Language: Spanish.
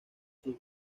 sus